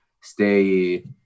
stay